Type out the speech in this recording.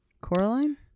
Coraline